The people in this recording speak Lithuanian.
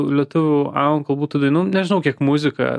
lietuvių anglų kalbų tų dainų nežinau kiek muzika